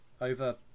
over